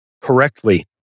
correctly